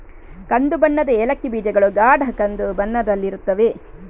ಕಂದು ಬಣ್ಣದ ಏಲಕ್ಕಿ ಬೀಜಗಳು ಗಾಢ ಕಂದು ಬಣ್ಣದಲ್ಲಿರುತ್ತವೆ